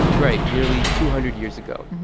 right, nearly two hundred years ago.